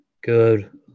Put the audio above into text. good